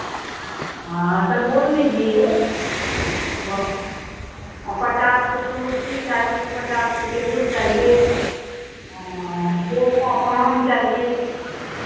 हाँ तो बोल दीजिए पचास वो कुर्सी चाहिए पचास वो टेबुल चाहिए बेड का सामान चाहिए